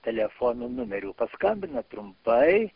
telefono numerių paskambina trumpai